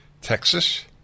Texas